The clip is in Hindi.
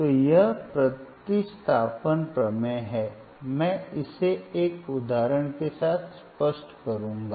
तो यह प्रतिस्थापन प्रमेय है मैं इसे एक उदाहरण के साथ स्पष्ट करूंगा